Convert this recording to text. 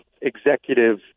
executive